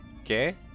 Okay